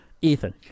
Ethan